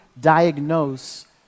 diagnose